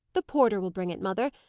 the porter will bring it, mother.